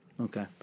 Okay